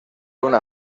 una